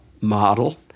model